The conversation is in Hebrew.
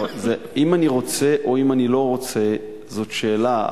אם אני רוצה או אם אני לא רוצה זאת שאלה,